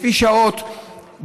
לפי שעות,